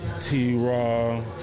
T-Raw